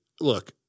look